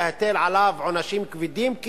יכולים להטיל עליו עונשים כבדים כי